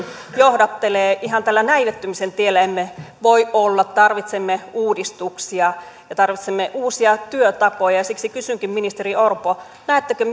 johdattelee ihan tällä näivettymisen tiellä emme voi olla tarvitsemme uudistuksia ja tarvitsemme uusia työtapoja ja ja siksi kysynkin ministeri orpo näettekö